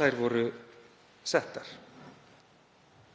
þær voru settar.